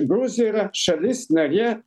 gruzija yra šalis narė